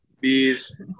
Bees